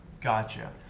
Gotcha